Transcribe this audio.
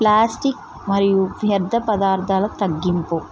plastic మరియు వ్యర్థ పదార్థాల తగ్గింపు